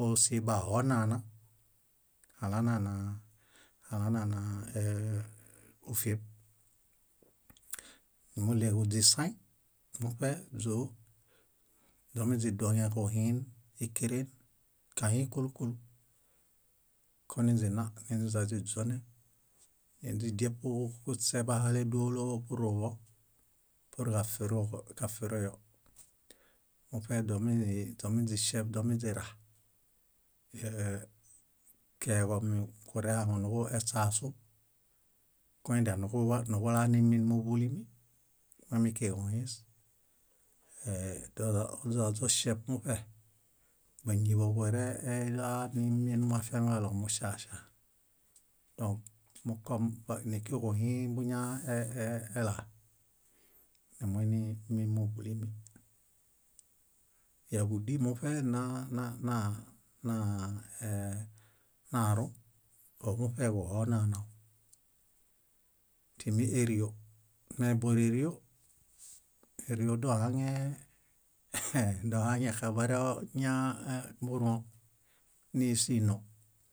Óo sibaho nana alanana, alananaa kufieb. Númuɭeġu źisaĩ, muṗe źóo, źomiźidoŋen kuhiin ékeren, kahĩĩ kúlu kúlu. Koniźina niźiźaniźiźonen, niźidiepu kuśe bahale dólo pur ŋon, purġafiroġo- kafiroyo. Muṗe źomiźiŝeb- źomiźira, he- he- keġo korehaŋunuġuśasu, koendianiġuḃa- niġulaa nímimuḃulimi moimikuġuhĩĩs. Ee- doźa- źoźaźoŝeṗ muṗe, báñiḃo buereelaa nimimafiamiġaɭo muŝaŝa. Dõk me- kom nikuġuhĩĩ buñaelaa, nimuinimin múḃulimi. Yáġudi muṗe na- na- na- na- ee- narũ omuṗeġuhonana timi ério. Me bórerio, ério dohaŋee « rire » dohaŋexabareo ña- ẽ- buruõ nísinoo.